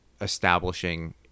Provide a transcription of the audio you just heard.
establishing